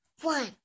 One